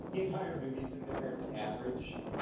the entire movie's in there. it's an average,